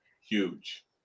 Huge